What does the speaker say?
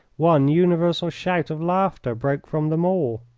one universal shout of laughter broke from them all.